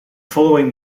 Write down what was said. following